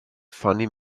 funny